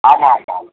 ஆமாம் ஆமாம்